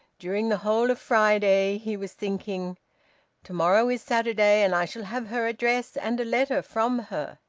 during the whole of friday he was thinking to-morrow is saturday and i shall have her address and a letter from her.